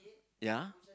ya